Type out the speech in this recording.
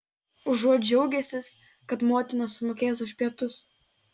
užuot džiaugęsis kad motina sumokės už pietus